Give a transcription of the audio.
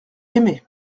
aimé